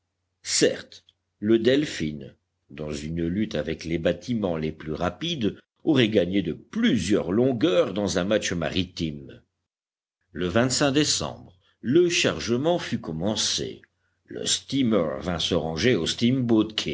certes le delphin dans une lutte avec les bâtiments les plus rapides aurait gagné de plusieurs longueurs dans un match maritime e décembre le chargement fut commencé le steamer vint se ranger au steam boat